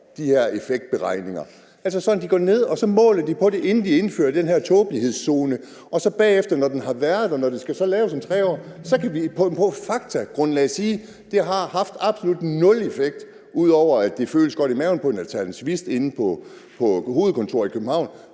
de her effektberegninger, altså sådan at de går ned og måler på det, inden de indfører den her tåbelighedszone, og så bagefter, når den har været der, og når det så skal evalueres om 3 år, så kan vi på et faktagrundlag sige, at det har haft absolut nul effekt, ud over at det føles godt i maven på en alternativist inde på et hovedkontor i København?